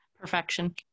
perfection